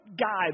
guy